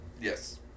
Yes